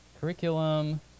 curriculum